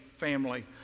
family